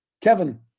Kevin